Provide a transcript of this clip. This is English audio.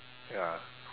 ya